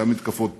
גם מתקפות פתע,